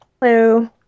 Hello